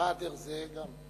בשיח'-באדר גם.